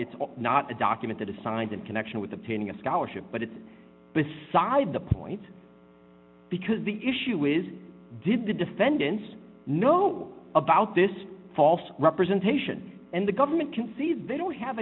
it's not a document that is signed in connection with the painting a scholarship but it's beside the point because the issue is did the defendants know about this false representation and the government can see they don't have